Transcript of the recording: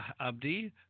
Abdi